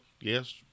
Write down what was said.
yes